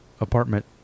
apartment